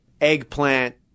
eggplant